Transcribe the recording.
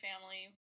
family